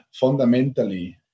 fundamentally